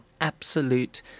absolute